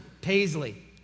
paisley